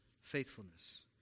faithfulness